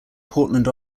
portland